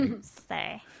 Say